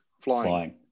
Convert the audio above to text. flying